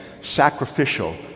sacrificial